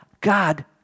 God